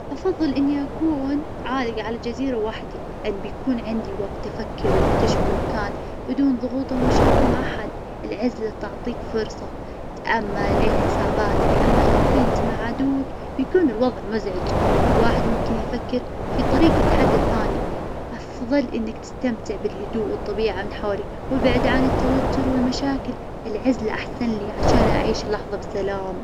أفظل إني أكون عالقة على الجزيرة وحدي لأن بيكون عندي وقت أفكر واكتشف المكان بدون ظغوط ومشاكل مع حد. العزلة تعطيك فرصة تأمل تعيد حساباتك. أما لو كنت مع عدوك بيكون الوظع مزعج، كل واحد ممكن يفكر في طريق يتحدى الثاني. أفظل إنك تستمتع بالهدوء والطبيعة من حولك وابعد عن التوتر والمشاكل، العزلة أحسن لي عشان أعيش اللحظة بسلام.